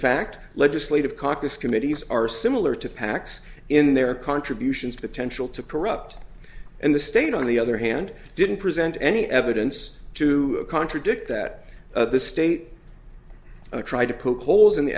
fact legislative caucus committees are similar to pacs in their contributions potential to corrupt and the state on the other hand didn't present any evidence to contradict that the state tried to poke holes in the